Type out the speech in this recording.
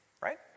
Right